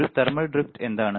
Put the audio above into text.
ഒരു thermal drift എന്താണ്